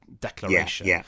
declaration